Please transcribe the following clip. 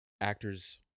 Actors